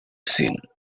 seen